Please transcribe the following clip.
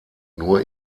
nur